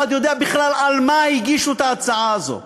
יודע בכלל על מה הגישו את ההצעה הזאת.